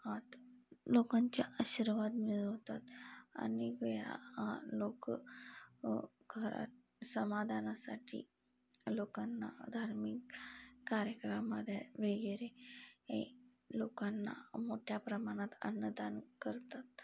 आत लोकांचे आशिर्वाद मिळवतात अनेक वेळा लोक घरात समाधानासाठी लोकांना धार्मिक कार्यक्रमामध्ये वगैरे ए लोकांना मोठ्या प्रमाणात अन्नदान करतात